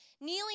Kneeling